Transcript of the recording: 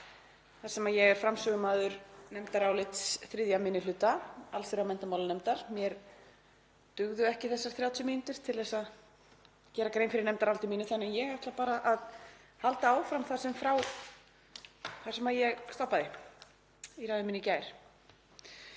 þar sem ég er framsögumaður nefndarálits 3. minni hluta allsherjar- og menntamálanefndar. Mér dugðu ekki þessar 30 mínútur til að gera grein fyrir nefndaráliti mínu þannig að ég ætla bara að halda áfram þar sem ég stoppaði í ræðu minni í gær.